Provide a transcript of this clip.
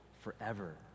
Forever